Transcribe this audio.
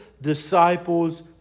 disciples